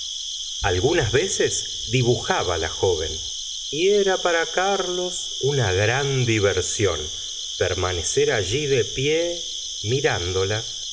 algunas veces dibujaba la joven y era para carlos una gran diversión permanecer allí de pie mirándola